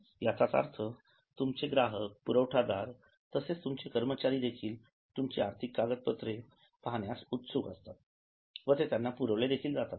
याचाच अर्थ तुमचे ग्राहक पुरवठादार तसेच तुमचे कर्मचारी देखील तुमची आर्थिक कागदपत्रे उत्सुक असतात व त्यांना ते पुरवले देखील जातात